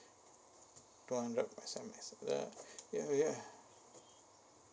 two hundred S_M_Ses